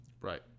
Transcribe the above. Right